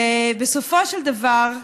ובסופו של דבר,